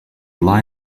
lie